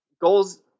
goals